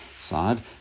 side